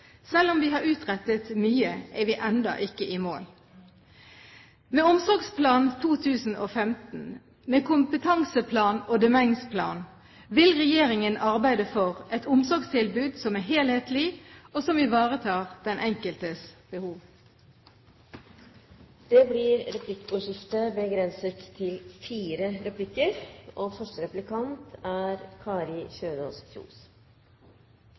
Selv om vi har utrettet mye, er vi ennå ikke i mål. Med Omsorgsplan 2015, med kompetanseplan og demensplan vil Regjeringen arbeide for et omsorgstilbud som er helhetlig, og som ivaretar den enkeltes behov. Det blir replikkordskifte. Foreningen for human narkotikapolitikk arbeider for legalisering av narkotika, utdeling av heroin og